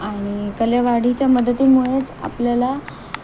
आणि कलावाढीच्या मदतीमुळेच आपल्याला